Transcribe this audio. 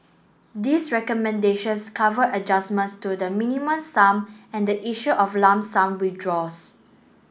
these recommendations cover adjustments to the Minimum Sum and the issue of lump sum withdraws